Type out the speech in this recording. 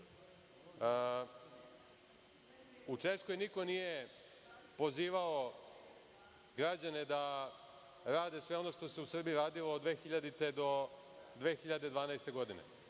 Češkoj niko nije pozivao građane da rade sve ono što se u Srbiji radilo od 2000. do 2012. godine.